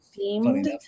themed